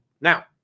Now